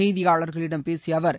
செய்தியாளர்களிடம் பேசிய அவர்